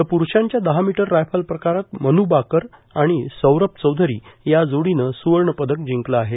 तर प्रूषांच्या दहा metre rifle प्रकारात मन्बाकर आणि सौरभ चौधरी या जोडीनं स्वर्ण पदक जिंकलं आहे